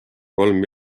kolm